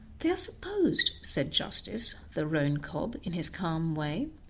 they are supposed, said justice, the roan cob, in his calm way,